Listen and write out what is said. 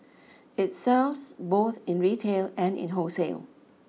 it sells both in retail and in wholesale